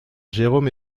jérome